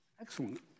Excellent